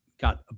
got